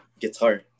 guitar